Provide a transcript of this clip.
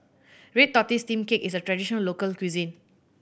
red tortoise steamed cake is a traditional local cuisine